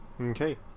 Okay